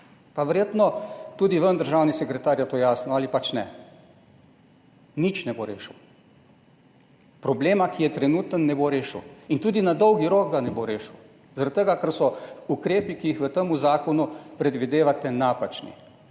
Verjetno je tudi vam, državni sekretar, to jasno ali pač ne. Nič ne bo rešil. Problema, ki je trenutno, ne bo rešil. Tudi na dolgi rok ga ne bo rešil zaradi tega, ker so ukrepi, ki jih v tem zakonu predvidevate, napačni,